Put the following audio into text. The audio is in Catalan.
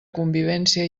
convivència